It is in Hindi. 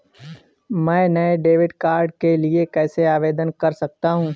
मैं नए डेबिट कार्ड के लिए कैसे आवेदन कर सकता हूँ?